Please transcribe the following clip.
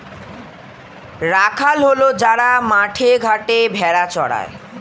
রাখাল হল যারা মাঠে ঘাটে ভেড়া চড়ায়